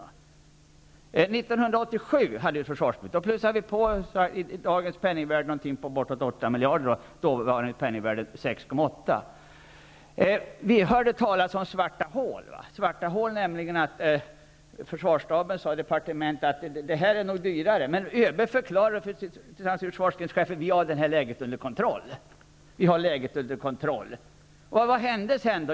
År 1987 plussade vi på en summa på 6,8 miljarder, vilket i dagens penningvärde motsvarar bortåt 8 miljarder. Vi hörde talas om ''svarta hål''. Försvarsstaben sade till departementet att det nog skulle bli dyrare, men ÖB förklarade tillsammans med försvarskretschefen att man hade läget under kontroll. Vad hände sedan?